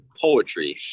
poetry